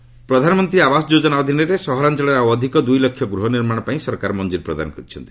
PM scheme ପ୍ରଧାନମନ୍ତ୍ରୀ ଆବାସ ଯୋଜନା ଅଧୀନରେ ସହରାଞ୍ଚଳରେ ଆଉ ଅଧିକ ଦୁଇଲକ୍ଷ ଗୃହ ନିର୍ମାଣ ପାଇଁ ସରକାର ମଞ୍ଜୁରୀ ପ୍ରଦାନ କରିଛନ୍ତି